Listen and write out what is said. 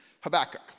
Habakkuk